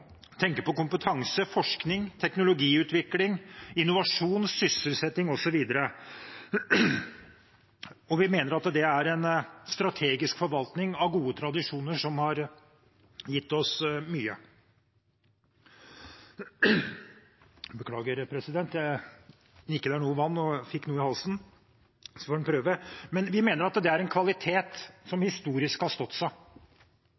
tenker på kompetanse, forskning, teknologiutvikling, innovasjon, sysselsetting osv. Vi mener at det er en strategisk forvaltning av gode tradisjoner som har gitt oss mye. Vi mener det er en kvalitet som historisk har stått seg, og